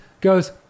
goes